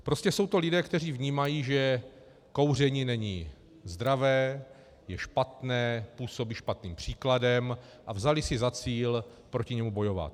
Prostě jsou to lidé, kteří vnímají, že kouření není zdravé, je špatné, působí špatným příkladem, a vzali si za cíl proti němu bojovat.